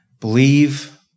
Believe